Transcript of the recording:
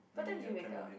what time did you wake up